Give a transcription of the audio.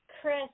Chris